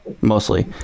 mostly